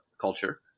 culture